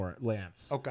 Lance